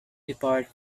depart